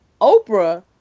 Oprah